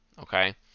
Okay